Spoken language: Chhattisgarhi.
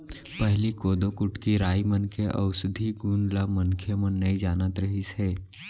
पहिली कोदो, कुटकी, राई मन के अउसधी गुन ल मनखे मन नइ जानत रिहिस हे